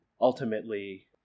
ultimately